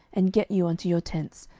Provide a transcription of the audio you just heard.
and get you unto your tents,